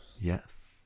Yes